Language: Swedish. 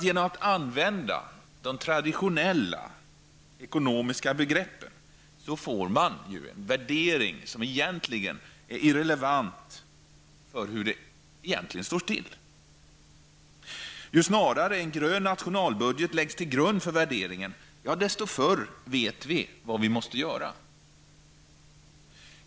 Genom att använda de traditionella ekonomiska begreppen får man en värdering som egentligen är irrelevant för hur det egentligen står till. Ju snarare en grön nationalbudget läggs till grund för värderingen, desto tidigare vet vi vad vi måste göra.